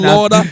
Lord